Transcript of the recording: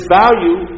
value